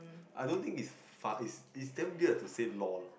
I don't think is far its its damn weird to say lol